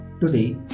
Today